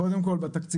קודם כל בתקציבים.